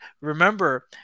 remember